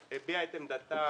והביעה את עמדתה